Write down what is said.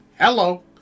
Hello